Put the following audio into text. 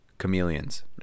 chameleons